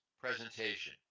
presentation